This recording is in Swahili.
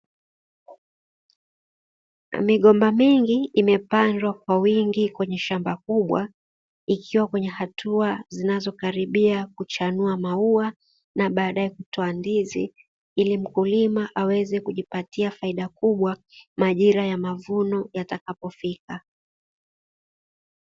Nigomba mingi imepandwa kwa wingi kwenye shamba kubwa ikiwa kwenye hatua zinazokaribia kuchanua maua na baadaye kutoa ndizi ili mkulima aweze kujipatia faida kubwa majira ya mavuno yatakapofika.